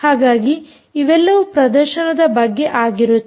ಹಾಗಾಗಿ ಇವೆಲ್ಲವೂ ಪ್ರದರ್ಶನದ ಬಗ್ಗೆ ಆಗಿರುತ್ತದೆ